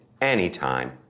anytime